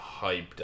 hyped